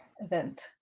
event